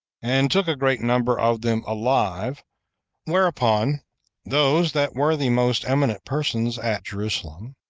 and took a great number of them alive whereupon those that were the most eminent persons at jerusalem,